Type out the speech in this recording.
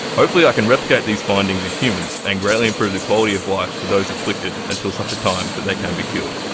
hopefully i can replicate these findings in humans and greatly improve the quality of life for those afflicted until such a time that they can be cured.